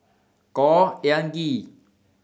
Khor Ean Ghee